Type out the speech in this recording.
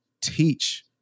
teach